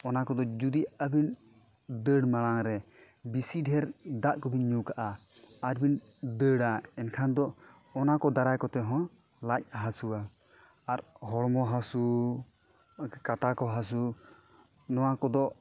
ᱚᱱᱟ ᱠᱚᱫᱚ ᱡᱩᱫᱤ ᱟᱹᱵᱤᱱ ᱫᱟᱹᱲ ᱢᱟᱲᱟᱝᱨᱮ ᱵᱤᱥᱤ ᱰᱷᱮᱹᱨ ᱫᱟᱜ ᱠᱚᱵᱤᱱ ᱧᱩ ᱠᱟᱜᱼᱟ ᱟᱨᱵᱤᱱ ᱫᱟᱹᱲᱟ ᱮᱱᱠᱷᱟᱱ ᱫᱚ ᱚᱱᱟ ᱠᱚ ᱫᱟᱨᱟᱭ ᱠᱚᱛᱮ ᱦᱚᱸ ᱞᱟᱡ ᱦᱟᱹᱥᱩᱣᱟ ᱟᱨ ᱦᱚᱲᱢᱚ ᱦᱟᱹᱥᱩ ᱠᱟᱴᱟ ᱠᱚ ᱦᱟᱹᱥᱩ ᱱᱚᱣᱟ ᱠᱚᱫᱚ